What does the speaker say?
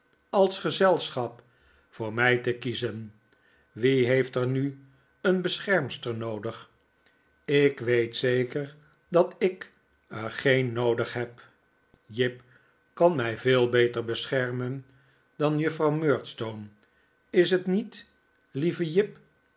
als gezelschap voor mij te kiezen wie heeft er nu een beschermster noodig ik weet zeker dat ik er geen noodig heb jip kan mij veel beter beschermen dan juffrouw murdstone is het niet lieve jip